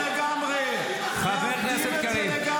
אתם מאבדים את זה לגמרי, מאבדים את זה לגמרי.